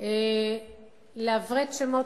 לעברת שמות,